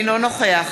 אינו נוכח